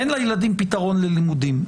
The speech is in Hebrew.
אין לילדים פתרון ללימודים,